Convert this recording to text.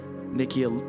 Nikki